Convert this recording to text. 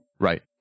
Right